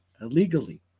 Illegally